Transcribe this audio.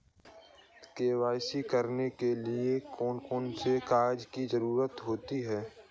KYC करने के लिए कौन कौन से कागजों की जरूरत होती है?